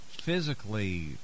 physically